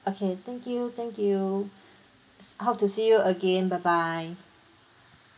okay thank you thank you hope to see you again bye bye